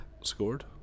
Scored